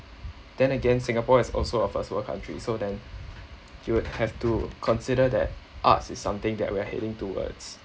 then again singapore is also a first world country so then you would have to consider that arts is something that we are heading towards